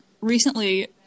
recently